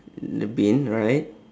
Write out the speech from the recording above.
the bin right